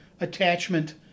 attachment